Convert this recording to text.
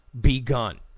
begun